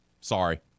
Sorry